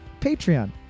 Patreon